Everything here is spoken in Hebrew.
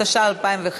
התשע"ה 2015,